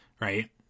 right